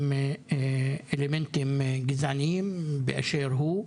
עם אלמנטים גזעניים באשר הם,